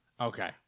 Okay